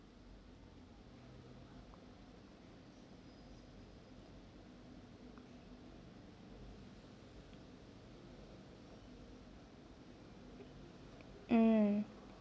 mm